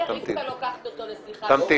תמתין,